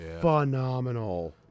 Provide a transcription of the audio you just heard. phenomenal